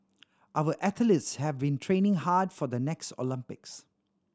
our athletes have been training hard for the next Olympics